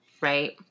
Right